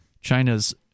China's